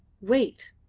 wait,